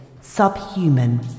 subhuman